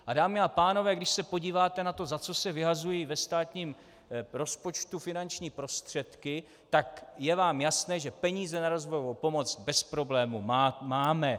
A dámy a pánové, když se podíváte na to, za co se vyhazují ve státním rozpočtu finanční prostředky, tak je vám jasné, že peníze na rozvojovou pomoc bez problémů máme.